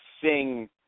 sing